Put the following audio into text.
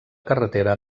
carretera